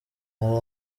hari